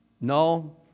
No